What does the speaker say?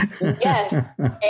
Yes